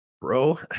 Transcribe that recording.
bro